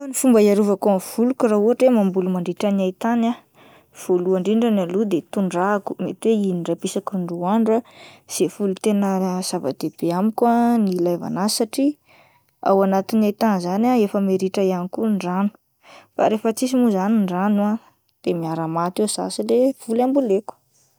Ny fomba hiarovako ny voliko raha ohatra hoe mamboly mandritra ny haitany aho, voalohany indrinadra aloha dia tondrahako mety hoe indraipa isaky ny roa andro ah izay voly tena zava-dehibe amiko ah ny ilaivana azy satria ao anatin'ny haitany zany ah efa mia ritra ihany koa ny rano, rehefa tsisy mo zany ny rano ah de miara-maty eo zah sy ilay voly amboleko.